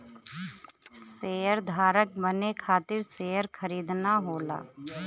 शेयरधारक बने खातिर शेयर खरीदना होला